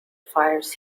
fires